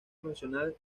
profesional